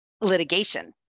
Litigation